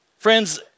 Friends